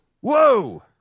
Whoa